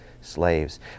slaves